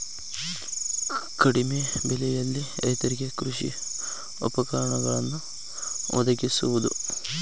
ಕಡಿಮೆ ಬೆಲೆಯಲ್ಲಿ ರೈತರಿಗೆ ಕೃಷಿ ಉಪಕರಣಗಳನ್ನು ವದಗಿಸುವದು